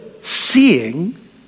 seeing